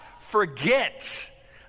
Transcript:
forget